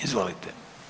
Izvolite.